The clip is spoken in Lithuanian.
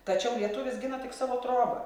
tačiau lietuvis gina tik savo trobą